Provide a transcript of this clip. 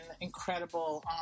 incredible